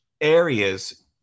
areas